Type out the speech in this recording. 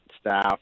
staff